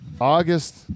august